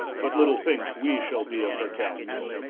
but little thinkes we shall be of her counsaile,